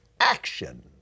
action